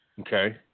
Okay